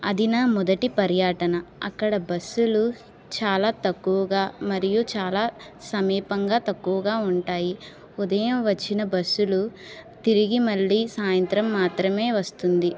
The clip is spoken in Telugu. అది నా మొదటి పర్యాటన అక్కడ బస్సులు చాలా తక్కువగా మరియు చాలా సమీపంగా తక్కువగా ఉంటాయి ఉదయం వచ్చిన బస్సులు తిరిగి మళ్ళీ సాయంత్రం మాత్రమే వస్తుంది